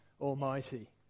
Almighty